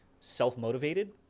self-motivated